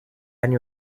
anni